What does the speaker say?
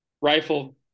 rifle